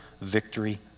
victory